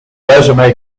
resume